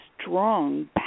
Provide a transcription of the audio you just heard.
strong